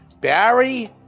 Barry